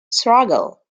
struggle